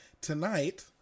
tonight